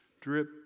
Drip